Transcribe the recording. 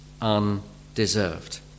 undeserved